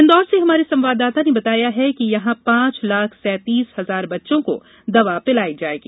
इंदौर से हमारे संवाददाता ने बताया है कि यहां पांच लाख सैतीस हजार बच्चों को दवा पिलाई जायेगी